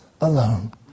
alone